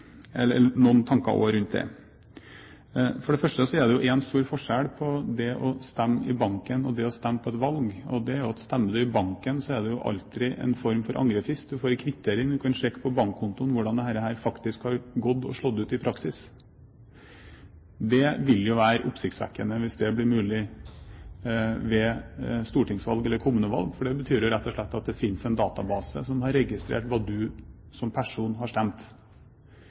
noen tanker også rundt det. For det første er det en stor forskjell på det å stemme i banken og det å stemme i et valglokale. Stemmer du i banken, er det alltid en form for angrefrist. Du får en kvittering, du kan sjekke på bankkontoen hvordan dette faktisk har gått og har slått ut i praksis. Det vil jo være oppsiktsvekkende hvis dette blir mulig ved stortingsvalg eller kommunevalg, for det betyr rett og slett at det finnes en database som har registrert hva du som person har stemt.